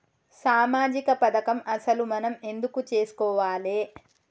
సామాజిక పథకం అసలు మనం ఎందుకు చేస్కోవాలే?